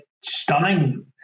stunning